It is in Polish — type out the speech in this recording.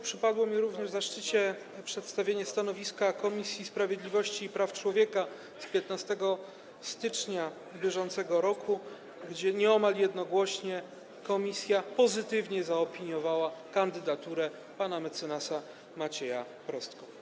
Przypadł mi również zaszczyt przedstawienia stanowiska Komisji Sprawiedliwości i Praw Człowieka z 15 stycznia br. - nieomal jednogłośnie komisja pozytywnie zaopiniowała kandydaturę pana mecenasa Macieja Prostko.